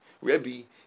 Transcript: Rebbe